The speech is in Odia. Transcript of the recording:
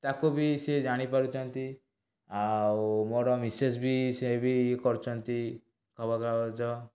ତାକୁ ବି ସିଏ ଜାଣିପାରୁଛନ୍ତି ଆଉ ମୋର ମିସେସ୍ ବି ସିଏ ବି କରୁଛନ୍ତି ଖବରକାଗଜ